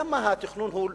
למה התכנון הוא שונה?